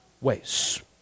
ways